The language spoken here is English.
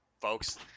folks